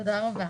תודה רבה.